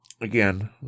again